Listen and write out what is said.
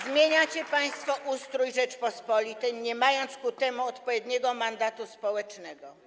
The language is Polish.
Zmieniacie państwo ustrój Rzeczypospolitej, nie mając ku temu odpowiedniego mandatu społecznego.